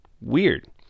weird